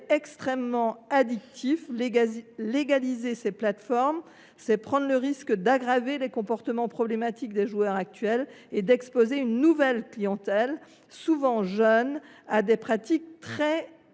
est extrêmement addictif. Légaliser les plateformes de casino en ligne, c’est prendre le risque d’aggraver les comportements problématiques des joueurs actuels et d’exposer une nouvelle clientèle, souvent jeune, à des pratiques très hautement